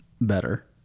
better